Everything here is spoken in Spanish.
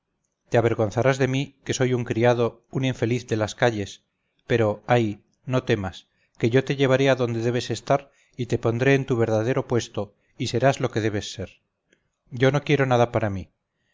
te avergonzarás de mí que soy un criado un infeliz de las calles pero ay no temas que yo te llevaré a donde debes estar y te pondré en tu verdadero puesto y serás lo que debes ser yo no quiero nada para mí